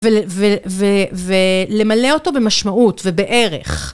ולמלא אותו במשמעות ובערך.